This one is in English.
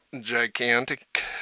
Gigantic